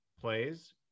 plays